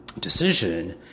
decision